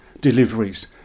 deliveries